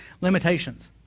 limitations